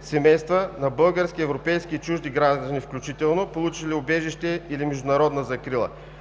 семейства, на български, европейски и на чужди граждани, включително, получили убежище или международна закрила.